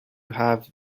have